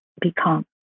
become